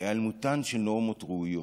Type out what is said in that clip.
היעלמותן של נורמות ראויות: